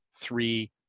three